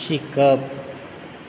शिकप